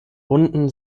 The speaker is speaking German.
runden